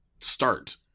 start